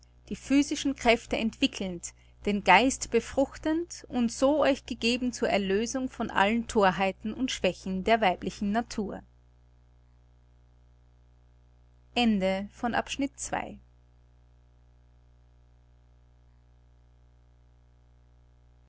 die physischen kräfte entwickelnd den geist befruchtend und so euch gegeben zur erlösung von allen thorheiten und schwächen der weiblichen natur